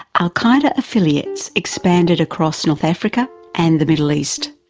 al qaeda affiliates expanded across north africa and the middle east.